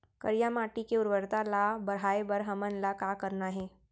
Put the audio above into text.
करिया माटी के उर्वरता ला बढ़ाए बर हमन ला का करना हे?